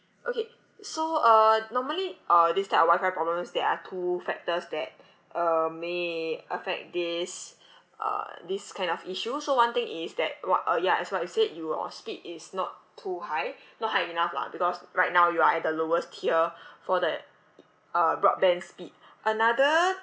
okay so uh normally uh this type of wifi problems there are two factors that uh may affect this uh this kind of issue so one thing is that what uh ya as what you said your speed is not too high not high enough lah because right now you are at the lowest tier for the uh broadband speed another